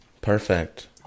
Perfect